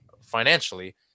financially